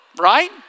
right